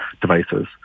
devices